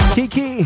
Kiki